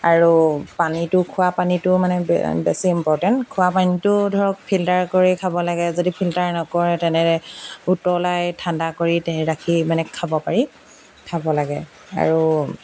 আৰু পানীটো খোৱা পানীটো মানে বেছি ইম্পৰ্টেণ্ট খোৱা পানীটো ধৰক ফিল্টাৰ কৰি খাব লাগে যদি ফিল্টাৰ নকৰে তেনে উতলাই ঠাণ্ডা কৰি ৰাখি মানে খাব পাৰি খাব লাগে আৰু